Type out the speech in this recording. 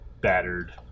battered